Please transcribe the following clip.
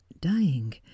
dying